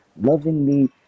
lovingly